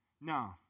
no